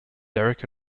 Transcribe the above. derek